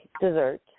dessert